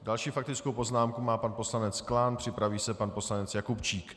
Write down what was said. Další faktickou poznámku má pan poslanec Klán, připraví se pan poslanec Jakubčík.